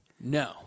No